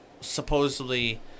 supposedly